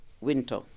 winter